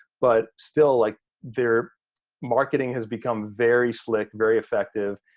but still like their marketing has become very slick, very effective,